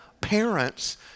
parents